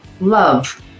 love